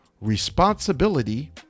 responsibility